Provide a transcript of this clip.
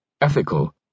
ethical